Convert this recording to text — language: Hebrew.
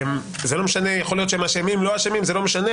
יכול להיות שהם אשמים או לא אשמים, זה לא משנה.